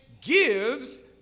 gives